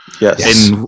Yes